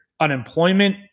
unemployment